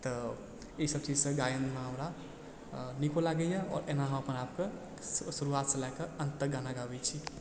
तऽ ई सभचीजसँ गायनमे हमरा नीको लागैयऽ आओर एना हम अपना आपके शुरूआतसँ लएकऽ अन्त तक गाना गाबै छी